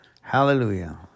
Hallelujah